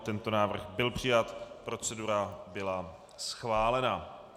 Tento návrh byl přijat, procedura byla schválena.